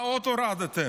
מה עוד הורדתם?